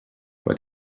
what